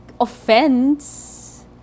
offense